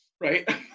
right